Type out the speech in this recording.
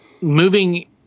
moving